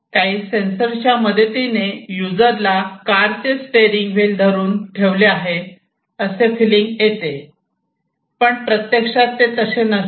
काही सेन्सरच्या मदतीने योजना युजरला कारचे स्टेरिंग व्हील धरून ठेवले आहे हे असे फ़िलिंग येते पण प्रत्यक्षात तसे नसते